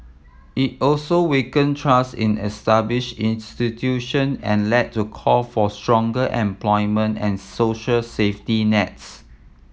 it also weakened trust in established institution and led to call for stronger employment and social safety nets